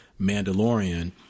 Mandalorian